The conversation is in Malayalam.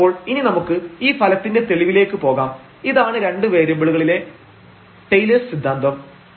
അപ്പോൾ ഇനി നമുക്ക് ഈ ഫലത്തിന്റെ തെളിവിലേക്ക് പോകാം ഇതാണ് രണ്ട് വേരിയബിളുകളിലെ ടെയ്ലെഴ്സ് സിദ്ധാന്തം Taylor's Theorem